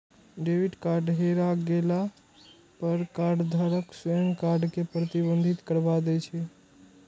debit card हेरा गेला पर कार्डधारक स्वयं कार्ड कें प्रतिबंधित करबा दै छै